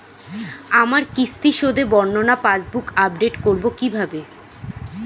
আমার কিস্তি শোধে বর্ণনা পাসবুক আপডেট করব কিভাবে?